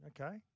Okay